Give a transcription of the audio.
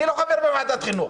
אני לא חבר בוועדת חינוך